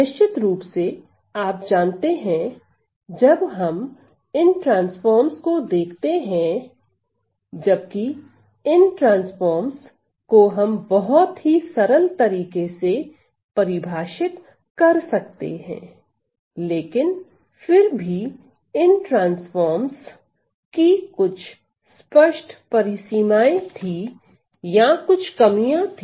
निश्चित रूप से आप जानते हैंजब हम इन ट्रांसफॉमर्स को देखते हैं जबकि इन ट्रांसफॉमर्सको हम बहुत ही सरल तरीके से परिभाषित कर सकते हैं लेकिन फिर भी इन ट्रांसफॉमर्स की कुछ स्पष्ट परिसीमाएं थी या कुछ कमियां थी